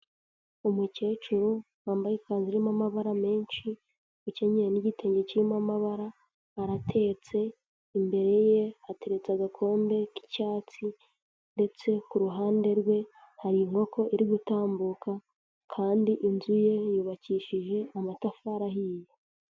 Umukecuru wambaye ikanzu irimo amabara menshi, ukenyeye n'igitenge kirimo amabara, aratetse, imbere ye hateretse agakombe k'icyatsi ndetse ku ruhande rwe, hari inkoko iri gutambuka kandi inzu ye yubakishije amatafari ahiye.